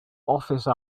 office